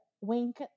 wink